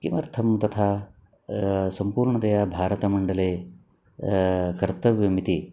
किमर्थं तथा सम्पूर्णतया भारतमण्डले कर्तव्यम् इति